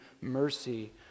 mercy